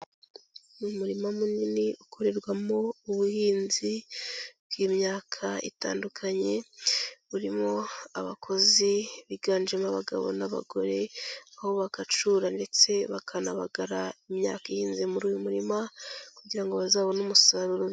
Ni umurima munini ukorerwamo ubuhinzi bw'imyaka itandukanye, burimo abakozi biganjemo abagabo n'abagore, aho bakacura ndetse bakanabagara imyaka ihinze muri uyu murima, kugira ngo bazabone umusaruro.